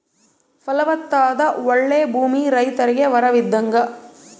ಫಲವತ್ತಾದ ಓಳ್ಳೆ ಭೂಮಿ ರೈತರಿಗೆ ವರವಿದ್ದಂಗ